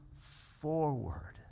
forward